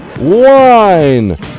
wine